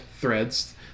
threads